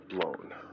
blown